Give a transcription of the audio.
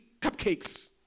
cupcakes